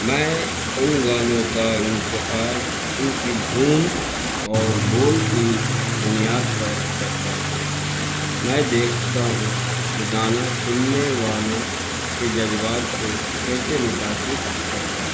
میں ان گانوں کا انتخاب ان کی دھن اور بول کی بنیاد پر کرتا ہوں میں دیکھتا ہوں کہ گانا سننے والوں کے جذبات کو کیسے متاثر کرتا ہے